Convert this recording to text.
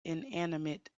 inanimate